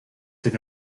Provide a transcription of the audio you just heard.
did